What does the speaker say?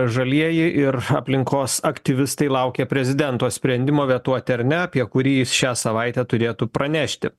žalieji ir aplinkos aktyvistai laukia prezidento sprendimo vetuoti ar ne apie kurį jis šią savaitę turėtų pranešti